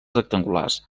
rectangulars